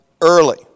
early